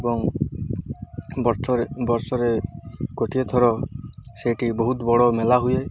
ଏବଂ ବର୍ଷରେ ବର୍ଷରେ ଗୋଟିଏ ଥର ସେଇଠି ବହୁତ ବଡ଼ ମେଳା ହୁଏ